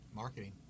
Marketing